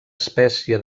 espècie